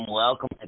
Welcome